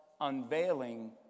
unveiling